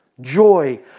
joy